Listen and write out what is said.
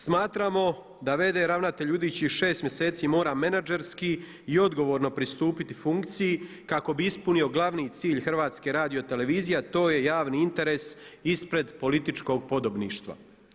Smatramo da v.d. ravnatelj budućih šest mjeseci mora menadžerski i odgovorno pristupiti funkciji kako bi ispunio glavni cilj HRT-a, a to je javni interes ispred političkog podobništva.